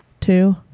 Two